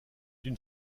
une